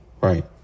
Right